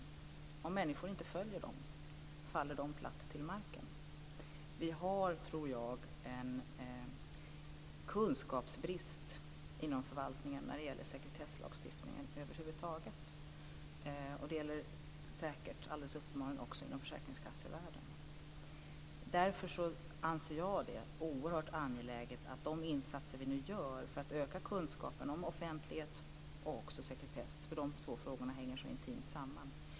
Men om människor inte följer dem faller de platt till marken. Jag tror att vi har en kunskapsbrist inom förvaltningen när det gäller sekretesslagstiftningen över huvud taget. Det gäller säkert också inom försäkringskassevärlden. Därför anser jag att det är oerhört angeläget med de insatser som vi nu gör för att öka kunskapen om offentlighet och sekretess - de två frågorna hänger så intimt samman.